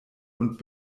und